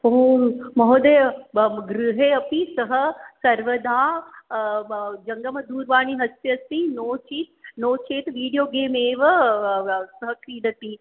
ओ महोदय भब् गृहे अपि सः सर्वदा जङ्गमदुरवाणी हस्ते अस्ति नो चित् नो चेत् वीडियो गेम् एव सः क्रीडति